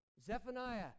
Zephaniah